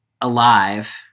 alive